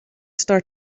start